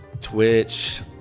Twitch